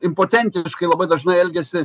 impotentiškai labai dažnai elgiasi